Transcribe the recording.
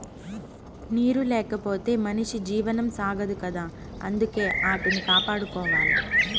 నీరు లేకపోతె మనిషి జీవనం సాగదు కదా అందుకే ఆటిని కాపాడుకోవాల